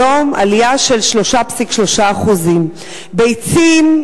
היום עלייה של 3.3%; ביצים,